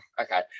okay